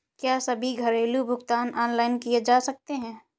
क्या सभी घरेलू भुगतान ऑनलाइन किए जा सकते हैं?